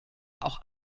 auch